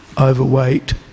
overweight